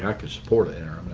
yeah could support it.